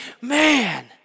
man